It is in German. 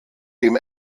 dem